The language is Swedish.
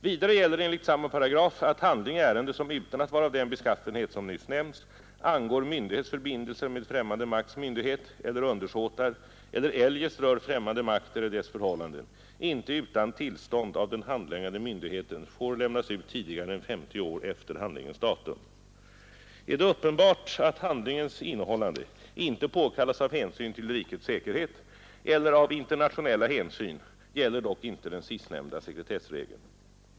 Vidare gäller enligt samma paragraf att handling i ärende som, utan att vara av den beskaffenhet som nyss nämnts, angår myndighets förbindelser med främmande makts myndighet eller undersåtar eller eljest rör främmande makt eller dess förhållanden inte utan tillstånd av den handläggande myndigheten får lämnas ut tidigare än 50 år efter handlingens datum. Är det uppenbart att handlingens innehållande inte 5 påkallas av hänsyn till rikets säkerhet eller av internationella hänsyn gäller dock inte den sistnämnda sekretessregeln.